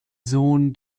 sohn